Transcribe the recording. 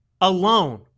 alone